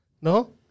No